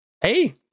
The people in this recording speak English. Hey